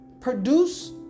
produce